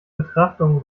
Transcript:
betrachtungen